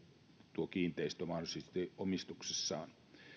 tuo kiinteistö mahdollisesti heidän omistuksessaan